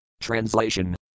Translation